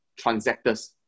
transactors